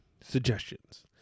suggestions